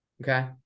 Okay